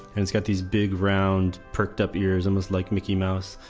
and it's got these big, round, perked-up ears, almost like mickey mouse.